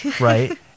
Right